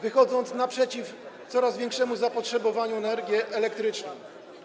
wychodząc naprzeciw coraz większemu zapotrzebowaniu na energię elektryczną.